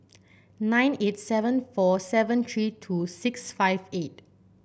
nine eight seven four seven three two six five eight